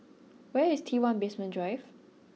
where is T One Basement Drive